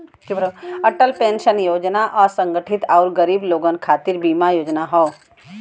Atal pension Yojana असंगठित आउर गरीब लोगन खातिर बीमा योजना हौ